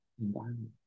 environment